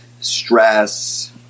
stress